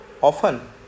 Often